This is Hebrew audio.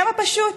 כמה פשוט,